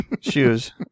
shoes